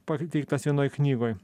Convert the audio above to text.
pateiktas vienoj knygoj